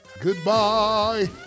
goodbye